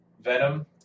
Venom